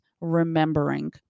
remembering